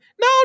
No